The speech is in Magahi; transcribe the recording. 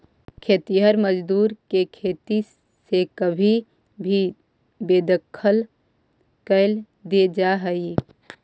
खेतिहर मजदूर के खेती से कभी भी बेदखल कैल दे जा हई